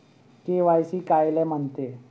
KYC कायले म्हनते?